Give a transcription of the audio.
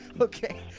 Okay